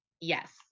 yes